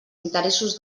interessos